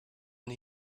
and